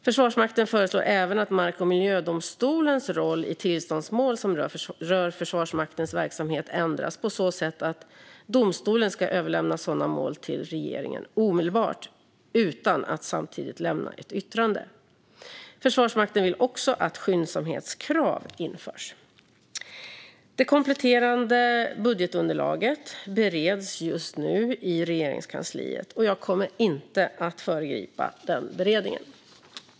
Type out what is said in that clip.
Försvarsmakten föreslår även att mark och miljödomstolens roll i tillståndsmål som rör Försvarsmaktens verksamhet ändras på så sätt att domstolen ska överlämna sådana mål till regeringen omedelbart, utan att samtidigt lämna ett yttrande. Försvarsmakten vill också att skyndsamhetskrav införs. Det kompletterande budgetunderlaget bereds just nu i Regeringskansliet. Jag kommer inte att föregripa den beredningen.